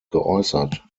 geäußert